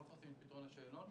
אנחנו לא מפרסמים את פתרון השאלון.